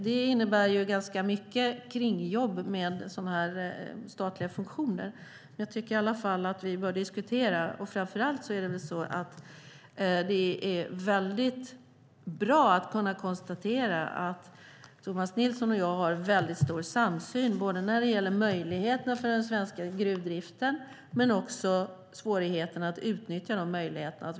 Det innebär ganska mycket kringjobb med statliga funktioner, men jag tycker i alla fall att vi bör diskutera. Framför allt är det väldigt bra att kunna konstatera att Tomas Nilsson och jag har en mycket stor samsyn när det gäller möjligheterna för den svenska gruvdriften men också svårigheterna att utnyttja de möjligheterna.